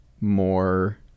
more